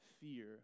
fear